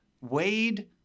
wade